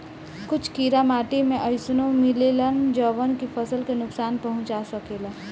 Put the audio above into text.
कुछ कीड़ा माटी में अइसनो मिलेलन जवन की फसल के नुकसान पहुँचा सकेले